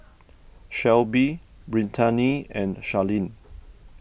Shelbi Brittaney and Charleen